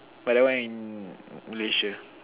but that one in Malaysia